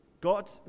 God